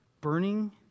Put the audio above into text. burning